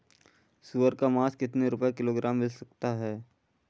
सुअर का मांस कितनी रुपय किलोग्राम मिल सकता है?